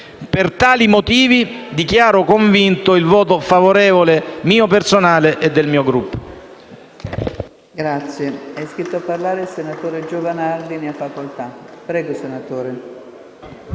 Per tali motivi dichiaro convinto il voto favorevole mio personale e del mio Gruppo.